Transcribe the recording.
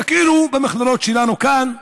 תכירו במכללות שלנו כאן,